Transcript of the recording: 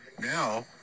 Now